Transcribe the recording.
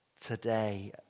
today